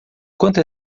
quanto